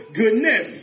goodness